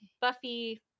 Buffy